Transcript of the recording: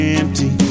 empty